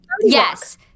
Yes